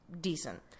decent